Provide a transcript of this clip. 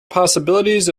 possibilities